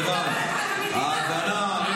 אני מדברת על המדינה.